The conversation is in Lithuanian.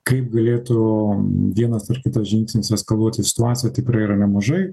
kaip galėtų vienas ar kitas žingsnis eskaluoti situaciją tikrai yra nemažai